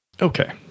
Okay